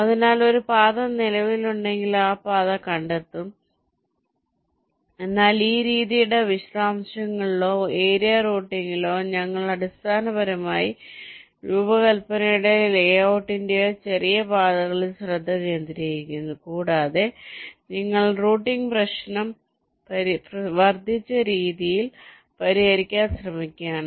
അതിനാൽ ഒരു പാത നിലവിലുണ്ടെങ്കിൽ അത് പാത കണ്ടെത്തും എന്നാൽ ഈ രീതിയുടെ വിശദാംശങ്ങളിലോ ഏരിയ റൂട്ടിംഗിലോ ഞങ്ങൾ അടിസ്ഥാനപരമായി രൂപകൽപ്പനയുടെയോ ലേഔട്ടിന്റെയോ ചെറിയ പാതകളിൽ ശ്രദ്ധ കേന്ദ്രീകരിക്കുന്നു കൂടാതെ നിങ്ങൾ റൂട്ടിംഗ് പ്രശ്നം വർദ്ധിച്ച രീതിയിൽ പരിഹരിക്കാൻ ശ്രമിക്കുകയാണ്